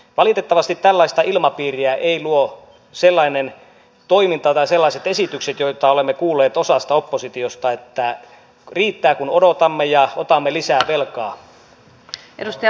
valitettavasti tällaista ilmapiiriä eivät luo sellainen toiminta tai sellaiset esitykset joita olemme kuulleet osasta oppositiota eli että riittää kun odotamme ja otamme lisää velkaa